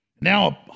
Now